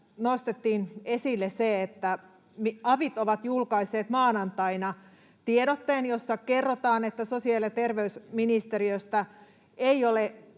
nostettiin esille se, että avit ovat julkaisseet maanantaina tiedotteen, jossa kerrotaan, että sosiaali- ja terveysministeriöstä ei ole